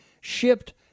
shipped